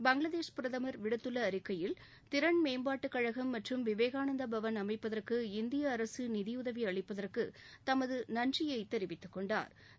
பங்களாதேஷ் பிரதமா் விடுத்துள்ள அறிக்கையில் திறன் மேம்பாட்டு கழகம் மற்றும் விவேகானந்த பவன் அமைப்பதற்கு இந்திய அரசு நிதியுதவி அளிப்பதற்கு தமது நன்றியை தெரிவித்து கொண்டாா்